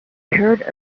heard